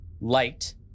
Light